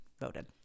voted